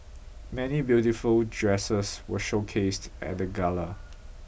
many beautiful dresses were showcased at the gala